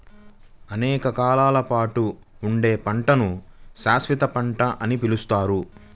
అనేక కాలాల పాటు ఉండే పంటను శాశ్వత పంట అని పిలుస్తారు